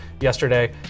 yesterday